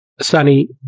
Sunny